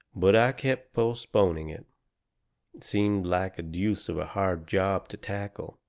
but i kept postponing it. it seemed like a deuce of a hard job to tackle.